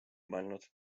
mõelnud